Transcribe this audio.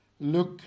look